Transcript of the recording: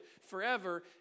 forever